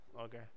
Okay